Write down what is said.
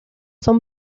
son